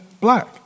black